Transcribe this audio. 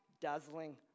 dazzling